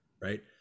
right